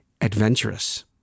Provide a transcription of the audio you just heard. adventurous